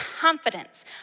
confidence